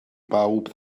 bawb